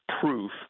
proof